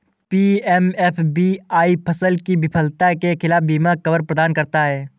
PMFBY फसल की विफलता के खिलाफ बीमा कवर प्रदान करता है